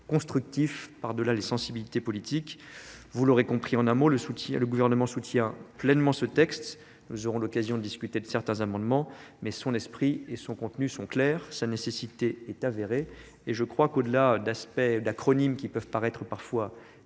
constructif par delà les sensibilités politiques. Vous l'aurez compris en un mot le soutien le gouvernement soutient pleinement ce texte. Nous aurons l'occasion de discuter de certains amendements mais son esprit et son contenu sont clairs sa nécessité est avérée et je crois qu'au delà de loi. J'espère qu'elle pourra ainsi